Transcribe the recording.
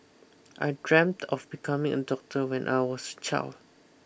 I dreamt of becoming a doctor when I was child